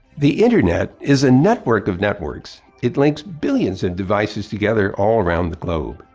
the internet is a network of networks. it links billions of devices together all around the globe.